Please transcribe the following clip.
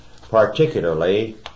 particularly